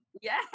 yes